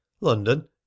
London